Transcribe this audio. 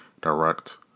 direct